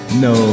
no